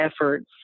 efforts